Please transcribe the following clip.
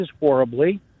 horribly